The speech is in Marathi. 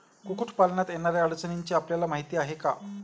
कुक्कुटपालनात येणाऱ्या अडचणींची आपल्याला माहिती आहे का?